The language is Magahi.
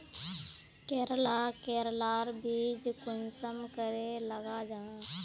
करेला करेलार बीज कुंसम करे लगा जाहा?